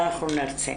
ואנחנו נרצה.